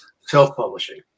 self-publishing